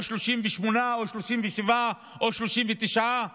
או 38 או 37 או 39,